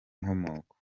inkomoko